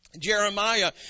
Jeremiah